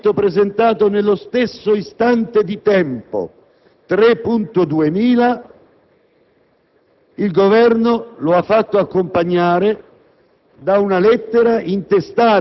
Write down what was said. all'emendamento 3.1000 il Governo ha fatto accompagnare la relazione tecnica firmata dalla Ragioneria generale dello Stato